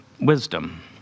wisdom